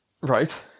Right